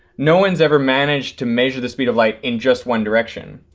no one's ever managed to measure the speed of light in just one direction.